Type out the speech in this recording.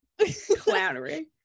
Clownery